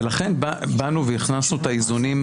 ולכן באנו והכנסנו את האיזונים,